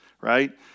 right